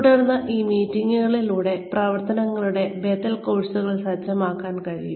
തുടർന്ന് ഈ മീറ്റിംഗുകളിലൂടെ പ്രവർത്തനങ്ങളുടെ ബദൽ കോഴ്സുകൾ സജ്ജമാക്കാൻ കഴിയും